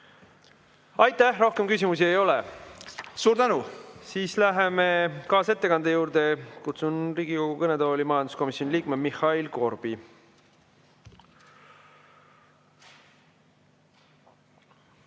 Aitäh! Rohkem küsimusi ei ole. Suur tänu! Suur tänu! Läheme kaasettekande juurde. Kutsun Riigikogu kõnetooli majanduskomisjoni liikme Mihhail Korbi.